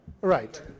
Right